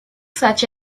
such